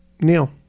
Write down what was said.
Neil